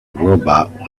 robot